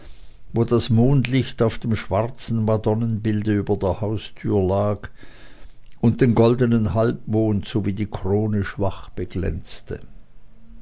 wo das mondlicht auf dem schwarzen madonnenbilde über der haustüre lag und den goldenen halbmond sowie die krone schwach beglänzte